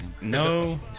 No